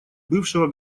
бывшего